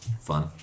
fun